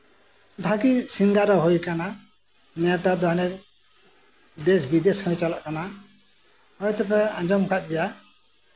ᱵᱷᱟᱜᱮ ᱥᱤᱝᱜᱟᱨ ᱮ ᱦᱩᱭ ᱠᱟᱱᱟ ᱱᱮᱛᱟᱨ ᱫᱚ ᱦᱟᱞᱮ ᱫᱮᱥ ᱵᱤᱫᱮᱥ ᱦᱚᱭ ᱪᱟᱞᱟᱜ ᱠᱟᱱᱟ ᱦᱚᱭ ᱛᱳᱯᱮ ᱟᱸᱡᱚᱢ ᱠᱟᱜ ᱜᱮᱭᱟ